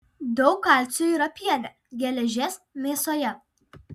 daug kalcio yra piene geležies mėsoje